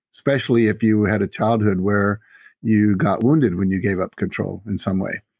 especially if you had a childhood where you got wounded when you gave up control in some way.